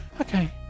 okay